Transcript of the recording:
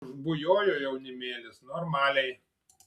užbujojo jaunimėlis normaliai